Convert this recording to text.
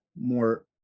more